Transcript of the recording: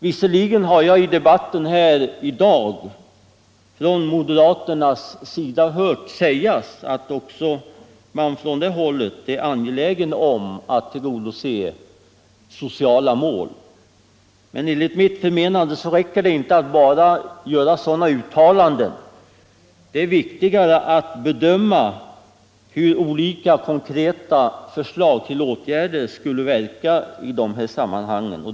Visserligen har jag i debatten här i dag hört moderaterna säga att de också är angelägna om att tillgodose sociala mål, men det räcker enligt min mening inte bara att göra sådana uttalanden. Det är viktigare att bedöma hur olika konkreta förslag till åtgärder skulle verka i dessa sammanhang.